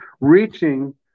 reaching